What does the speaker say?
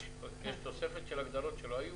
יש תוספת של הגדרות שלא היו?